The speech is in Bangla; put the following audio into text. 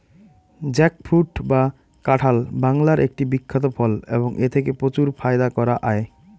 জ্যাকফ্রুট বা কাঁঠাল বাংলার একটি বিখ্যাত ফল এবং এথেকে প্রচুর ফায়দা করা য়ায়